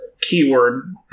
keyword